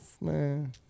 Man